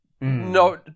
no